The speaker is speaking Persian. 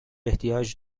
احتیاج